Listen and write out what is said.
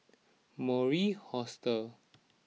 Mori Hostel